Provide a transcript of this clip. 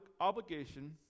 obligation